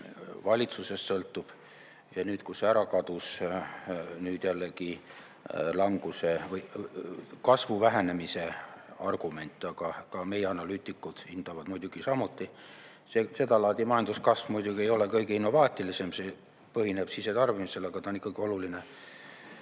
valitsusest sõltub, ja nüüd, kui sellest [loobuti], on see jällegi languse või kasvu vähenemise argument. Meie analüütikud hindavad muidugi samuti. Seda laadi majanduskasv muidugi ei ole kõige innovaatilisem, see põhineb sisetarbimisel, aga ta on ikkagi oluline.